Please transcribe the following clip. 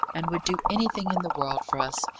and would do anything in the world for us,